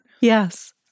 Yes